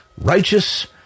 righteous